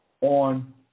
on